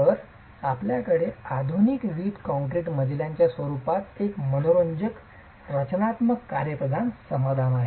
तर आपल्याकडे आधुनिक विट कॉंक्रिट मजल्यांच्या स्वरूपात एक मनोरंजक रचनात्मक कार्यात्मक समाधान आहे